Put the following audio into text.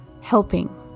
Helping